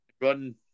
run